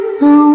no